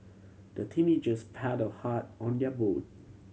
the teenagers paddle hard on their boat